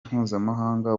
mpuzamakungu